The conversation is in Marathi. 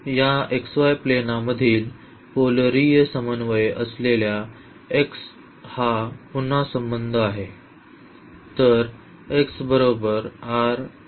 या xy प्लेनामधील पोलरीय समन्वय असल्याने x हा पुन्हा संबंध आहे